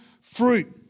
fruit